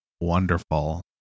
wonderful